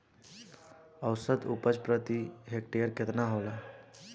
औसत उपज प्रति हेक्टेयर केतना होला?